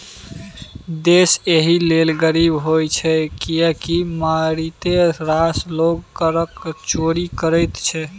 देश एहि लेल गरीब होइत छै किएक मारिते रास लोग करक चोरि करैत छै